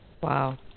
Wow